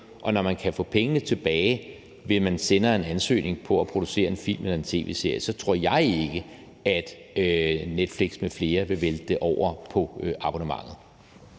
og når man kan få pengene tilbage, ved at man sender en ansøgning om at producere en film eller en tv-serie, så tror jeg ikke, at Netflix m.fl. vil vælte det over på abonnementet.